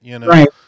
Right